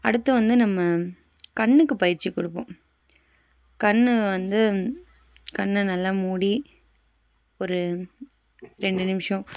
அடுத்து வந்து நம்ம கண்ணுக்கு பயிற்சிகொடுப்போம் கண்ணு வந்து கண்ணை நல்லா மூடி ஒரு ரெண்டு நிமிடம்